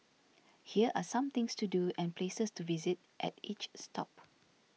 here are some things to do and places to visit at each stop